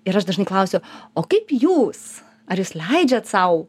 ir aš dažnai klausiu o kaip jūs ar jūs leidžiat sau